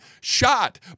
shot